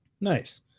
Nice